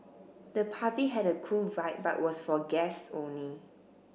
the party had a cool vibe but was for guests only